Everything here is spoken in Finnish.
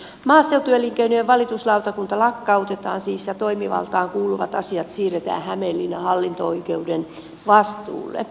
maaseutuelinkeinojen valituslautakunta lakkautetaan siis ja toimivaltaan kuuluvat asiat siirretään hämeenlinnan hallinto oikeuden vastuulle